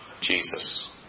Jesus